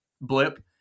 blip